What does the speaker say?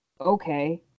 Okay